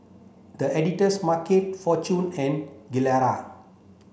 The Editor's Market Fortune and Gilera